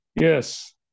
yes